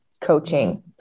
coaching